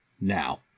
now